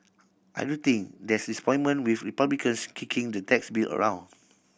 I do think there's disappointment with Republicans kicking the tax bill around